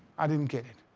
i didn't get it.